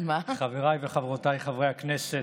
חבריי וחברותיי חברי הכנסת,